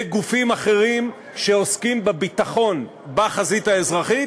לגופים אחרים שעוסקים בביטחון בחזית האזרחית,